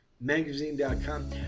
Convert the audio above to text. Magazine.com